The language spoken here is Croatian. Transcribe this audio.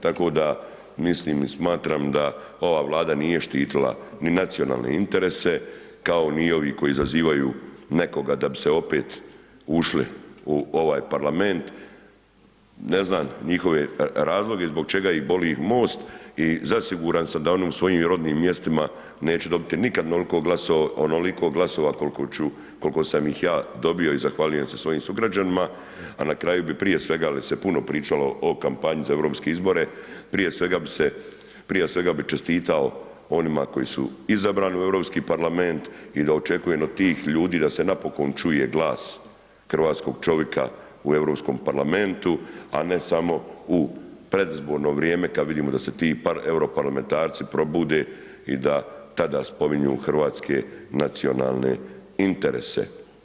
Tako da mislim i smatram da ova Vlada nije štitila ni nacionalne interese kao ni ovi koji zazivaju nekoga da bi se opet ušli u ovaj Parlament, ne znam njihove razloge zbog čega ih boli MOST i zasiguran sam da oni u svojim rodnim mjestima neće dobiti nikad onoliko glasova koliko sam ih ja dobio i zahvaljujem se svojim sugrađanima a na kraju bi prije svega jer se puno pričalo o kampanji za europske izbore, prije svega bi čestitao onima koji su izabrani u Europski parlament i da očekujem od tih ljudi da se napokon čuje glas hrvatskog čovjeka u Europskom parlamentu a ne samo u predizborno vrijeme kad vidimo da se ti europarlamentarci probude i da tada spominju hrvatske nacionalne interese.